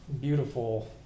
beautiful